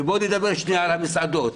ובואו נדבר שנייה על המסעדות.